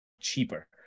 cheaper